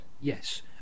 Yes